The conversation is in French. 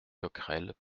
coquerel